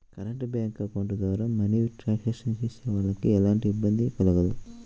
current bank account ద్వారా money transactions చేసేవాళ్ళకి ఎలాంటి ఇబ్బంది కలగదు